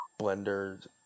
blender